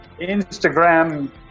Instagram